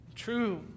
true